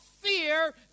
fear